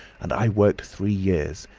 and i worked three years,